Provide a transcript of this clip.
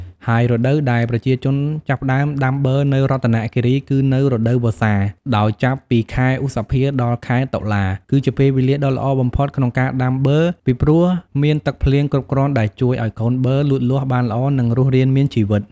ហើយរដូវដែលប្រជាជនចាប់ផ្ដើមដាំបឺរនៅរតនគិរី គឺនៅរដូវវស្សា ដោយចាប់ពីខែឧសភា ដល់ខែតុលា គឺជាពេលវេលាដ៏ល្អបំផុតក្នុងការដាំបឺរ ពីព្រោះមានទឹកភ្លៀងគ្រប់គ្រាន់ដែលជួយឱ្យកូនបឺរលូតលាស់បានល្អ និងរស់រានមានជីវិត។